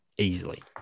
Easily